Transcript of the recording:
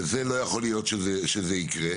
ולא יכול להיות שזה יקרה.